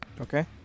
Okay